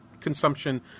consumption